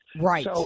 Right